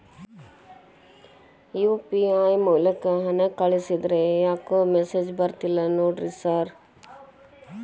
UPI ಮೂಲಕ ಹಣ ಕಳಿಸಿದ್ರ ಯಾಕೋ ಮೆಸೇಜ್ ಬರ್ತಿಲ್ಲ ನೋಡಿ ಸರ್?